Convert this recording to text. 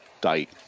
date